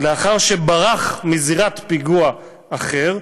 לאחר שברח מזירת פיגוע אחרת,